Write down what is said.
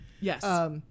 Yes